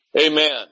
Amen